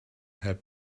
have